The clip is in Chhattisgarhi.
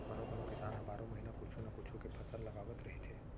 कोनो कोनो किसान ह बारो महिना कुछू न कुछू के फसल लगावत रहिथे